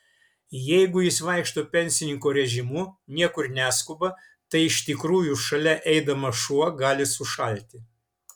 jeigu jis vaikšto pensininko režimu niekur neskuba tai iš tikrųjų šalia eidamas šuo gali sušalti